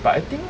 but I think